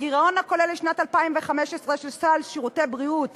הגירעון הכולל לשנת 2011 של סל שירותי בריאות